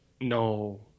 no